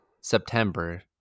September